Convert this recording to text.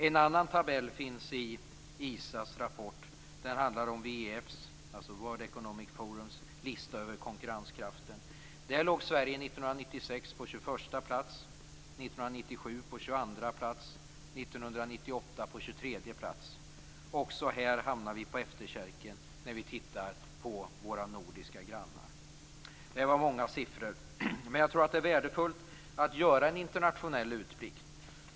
En annan tabell i ISA:s rapport handlar om WEF:s, World Economic Forums, lista över konkurrenskraften. Där låg Sverige år 1996 på tjugoförsta plats, år 1997 på tjugoandra plats och år 1998 på tjugotredje plats. Också här hamnar vi på efterkälken när vi tittar på våra nordiska grannar. Det här var många siffror, men jag tror att det är värdefullt att göra en internationell utblick.